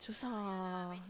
susah